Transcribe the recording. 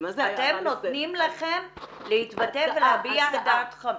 ולכם נותנים להתבטא ולהביע את דעתכם.